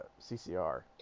ccr